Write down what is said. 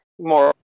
more